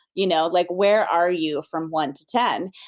you know like where are you from one to ten?